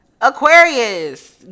Aquarius